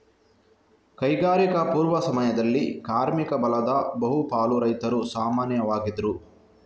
ಕೈಗಾರಿಕಾ ಪೂರ್ವ ಸಮಯದಲ್ಲಿ ಕಾರ್ಮಿಕ ಬಲದ ಬಹು ಪಾಲು ರೈತರು ಸಾಮಾನ್ಯವಾಗಿದ್ರು